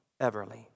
Everly